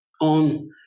on